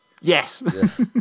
Yes